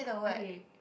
okay